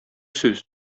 сүз